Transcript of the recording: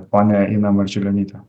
ponią iną marčiulionytę